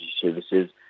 services